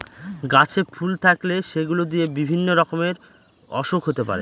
গাছে ফুল থাকলে সেগুলো দিয়ে বিভিন্ন রকমের ওসুখ হতে পারে